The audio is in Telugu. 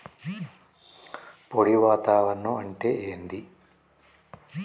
పొడి వాతావరణం అంటే ఏంది?